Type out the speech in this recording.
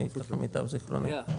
לפי מיטב זכרוני.